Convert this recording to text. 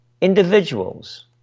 Individuals